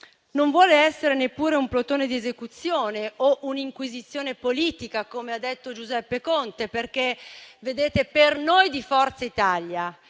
Non vuole essere neppure un plotone di esecuzione o un'inquisizione politica, come ha detto Giuseppe Conte, perché, vedete, per noi di Forza Italia,